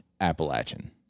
Appalachian